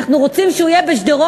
אנחנו רוצים שהוא יהיה בשדרות,